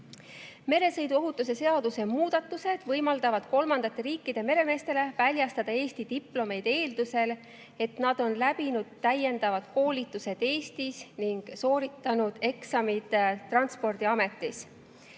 Meresõiduohutuse seaduse muudatused võimaldavad kolmandate riikide meremeestele väljastada Eesti diplomeid eeldusel, et nad on läbinud täiendavad koolitused Eestis ning sooritanud eksamid Transpordiametis.